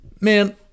Man